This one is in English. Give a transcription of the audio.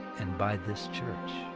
and by this church?